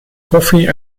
koffie